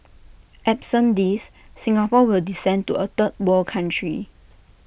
absent these Singapore will descend to A third world country